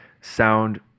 sound